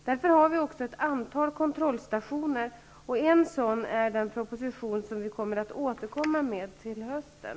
Därför har vi också ett antal kontrollstationer, och en sådan är den proposition som vi kommer att återkomma med till hösten.